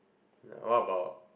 what about